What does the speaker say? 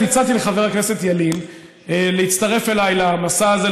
הצעתי לחבר הכנסת ילין להצטרף אליי למסע הזה.